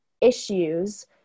issues